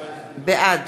בעד